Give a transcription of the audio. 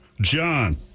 John